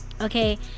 Okay